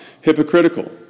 hypocritical